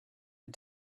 and